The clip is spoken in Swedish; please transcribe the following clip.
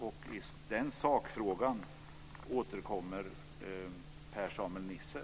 I den sakfrågan återkommer Per-Samuel Nisser.